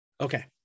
Okay